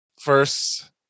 First